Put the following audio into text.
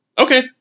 Okay